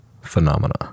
phenomena